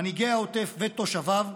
מנהיגי העוטף ותושביו,